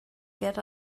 get